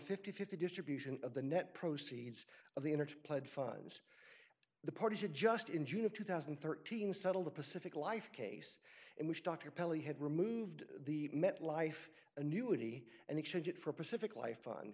fifty fifty distribution of the net proceeds of the energy played funds the parties are just in june of two thousand and thirteen settle the pacific life case in which dr pelley had removed the met life annuity and exchange it for pacific life on